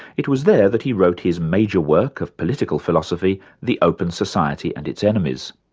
it was there that he wrote his major work of political philosophy the open society and its enemies.